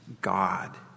God